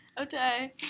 Okay